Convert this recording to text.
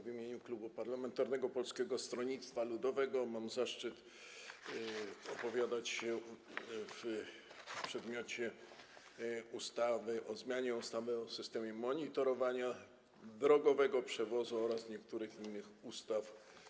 W imieniu Klubu Parlamentarnego Polskiego Stronnictwa Ludowego mam zaszczyt opowiadać się w przedmiocie ustawy o zmianie ustawy o systemie monitorowania drogowego przewozu towarów oraz niektórych innych ustaw.